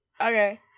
Okay